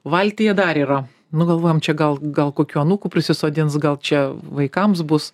valtyje dar yra nu galvojam čia gal gal kokių anūkų prisisodins gal čia vaikams bus